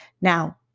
Now